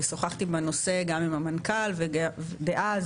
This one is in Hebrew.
שוחחתי בנושא גם עם המנכ"ל דאז,